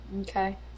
Okay